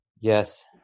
Yes